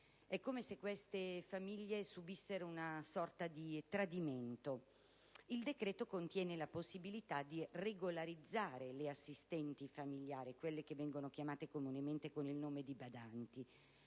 È come se queste famiglie subissero una sorta di tradimento. Il decreto contiene la possibilità di regolarizzare le assistenti familiari, chiamate comunemente badanti.